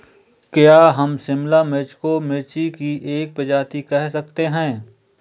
क्या हम शिमला मिर्च को मिर्ची की एक प्रजाति कह सकते हैं?